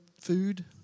food